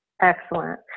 Excellent